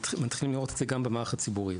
ומתחילים לראות את זה גם במערך הציבורי.